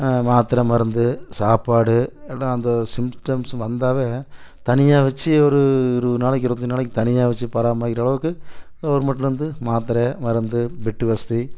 மாத்திர மருந்து சாப்பாடு ஏன்னா அந்த சிம்டம்ஸ் வந்தால் தனியாக வச்சு ஒரு இருபது நாளைக்கு இருபத்தஞ்சி நாளைக்கு தனியாக வச்சு பராமரிக்கிற அளவுக்கு கவுர்மெண்டில் இருந்து மாத்திர மருந்து பெட்டு வசதி